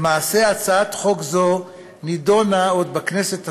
למעשה, הצעת חוק זו נדונה עוד בכנסת התשע-עשרה,